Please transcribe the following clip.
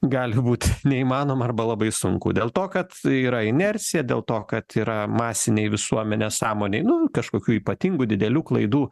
gali būti neįmanoma arba labai sunku dėl to kad yra inercija dėl to kad yra masiniai visuomenės sąmonei nu kažkokių ypatingų didelių klaidų